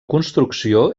construcció